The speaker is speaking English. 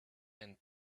and